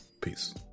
Peace